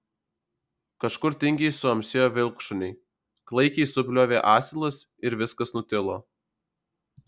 kažkur tingiai suamsėjo vilkšuniai klaikiai subliovė asilas ir viskas nutilo